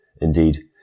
Indeed